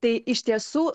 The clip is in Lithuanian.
tai iš tiesų